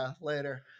later